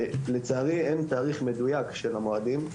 לצערי אין תאריך מדויק של המועדים,